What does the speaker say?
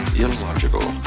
illogical